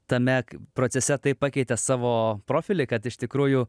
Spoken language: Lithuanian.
tame procese taip pakeitė savo profilį kad iš tikrųjų